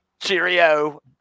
Cheerio